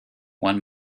one